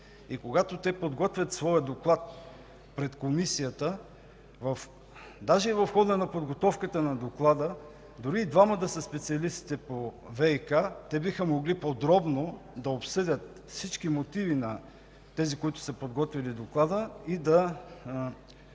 Когато те подготвят своя доклад за пред Комисията, даже и в хода на неговата подготовка, дори и двама да са специалистите по ВиК, те биха могли подробно да обсъдят всички мотиви на тези, които са подготвили доклада, и да